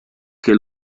che